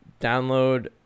download